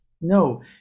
No